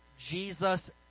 Jesus